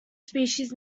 species